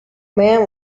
man